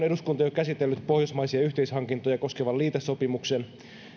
eduskunta on jo käsitellyt pohjoismaisia yhteishankintoja koskevan liitesopimuksen